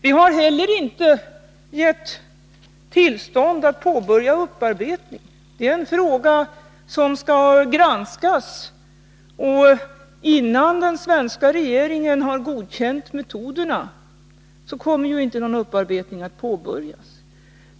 Vi har inte heller gett tillstånd till att påbörja upparbetning. Det är en fråga som skall granskas, och innan den svenska regeringen har godkänt metoderna kommer inte någon upparbetning att påbörjas.